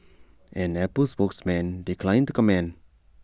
an Apple spokesman declined to comment